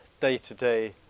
day-to-day